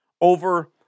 over